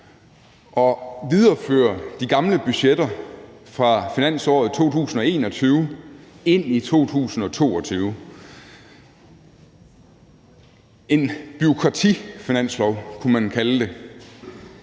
og videreføre de gamle budgetter fra finansåret 2021 ind i 2022 – en bureaukratifinanslov, kunne man kalde det.